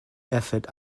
effort